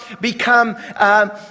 become